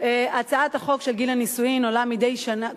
הצעת החוק של גיל הנישואים עולה מדי שנה,